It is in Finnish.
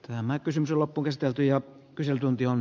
nämä pysyisi loppumistelty ja kyselytunti on